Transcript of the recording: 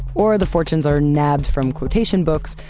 or the fortunes are nabbed from quotation books,